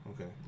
okay